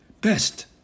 Best